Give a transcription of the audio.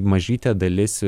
mažytė dalis